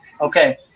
Okay